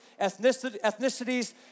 ethnicities